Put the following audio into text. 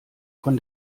von